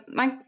Man